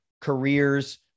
careers